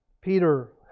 Peter